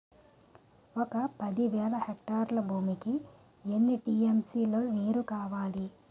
ఒక పది వేల హెక్టార్ల భూమికి ఎన్ని టీ.ఎం.సీ లో నీరు కావాలి?